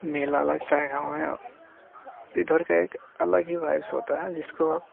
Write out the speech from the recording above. मेला लगता है गाँव में इधर का एक अलग ही वाइव्स होता है जिसको आप